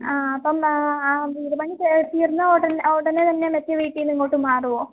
ആ അപ്പം ആ വീട് പണി തീര്ന്നാൽ ഉടന് ഉടനെ തന്നെ മറ്റേ വീട്ടിൽനിന്ന് ഇങ്ങോട്ട് മാറുമോ